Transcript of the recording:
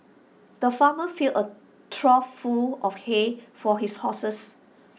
the farmer filled A trough full of hay for his horses